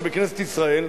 שבכנסת ישראל,